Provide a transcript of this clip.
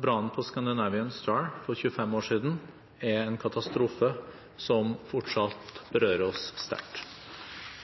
Brannen på «Scandinavian Star» for 25 år siden er en katastrofe som fortsatt berører oss sterkt.